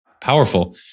Powerful